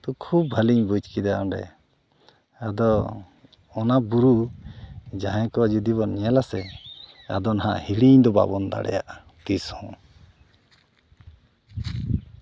ᱠᱷᱩᱵᱽ ᱵᱷᱟᱹᱞᱤᱧ ᱵᱩᱡᱽ ᱠᱮᱫᱟ ᱚᱸᱰᱮ ᱟᱫᱚ ᱤᱱᱟ ᱵᱩᱨᱩ ᱡᱟᱦᱟᱸᱭ ᱠᱚ ᱡᱩᱫᱤ ᱵᱚᱱ ᱧᱮᱞ ᱟᱥᱮ ᱟᱫᱚ ᱱᱟᱦᱟᱜ ᱦᱤᱲᱤᱧ ᱫᱚ ᱵᱟᱵᱚᱱ ᱫᱟᱲᱮᱭᱟᱜᱼᱟ ᱛᱤᱥ ᱦᱚᱸ